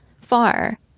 Far